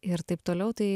ir taip toliau tai